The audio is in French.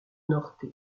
norte